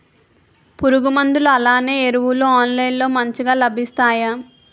పురుగు మందులు అలానే ఎరువులు ఆన్లైన్ లో మంచిగా లభిస్తాయ?